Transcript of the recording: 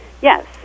Yes